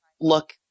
look